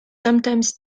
sometimes